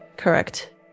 correct